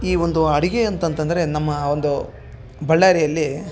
ಈ ಒಂದು ಅಡಿಗೆ ಅಂತ ಅಂತಂದರೆ ನಮ್ಮಒಂದು ಬಳ್ಳಾರಿಯಲ್ಲಿ